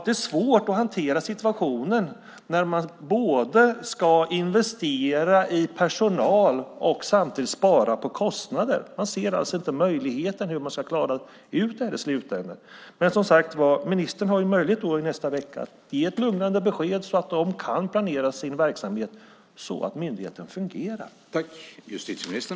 Det är svårt att hantera situationen när man både ska investera i personal och samtidigt spara på kostnader. De ser inte hur de ska klara det i slutänden. Minister har som sagt möjlighet i nästa vecka att ge ett lugnande besked så att de kan planera sin verksamhet så att myndigheten fungerar.